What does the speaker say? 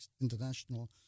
international